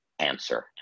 answer